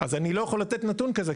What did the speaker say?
אז אני לא יכול לתת נתון כזה,